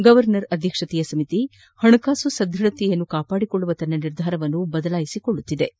ಗೌರ್ತರ್ ಅಧ್ಯಕ್ಷತೆಯ ಸಮಿತಿ ಹಣಕಾಸು ಸದ್ವಧತೆ ಕಾಪಾಡಿಕೊಳ್ಳುವ ತನ್ನ ನಿರ್ಧಾರವನ್ನು ಬದಲಾಯಿಸಿಕೊಳ್ಳುತ್ತಲೇ ಇದೆ